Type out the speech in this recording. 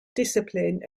discipline